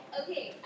okay